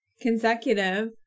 consecutive